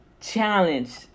challenge